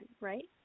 right